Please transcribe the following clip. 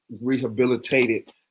rehabilitated